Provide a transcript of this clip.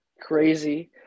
Crazy